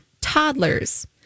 toddlers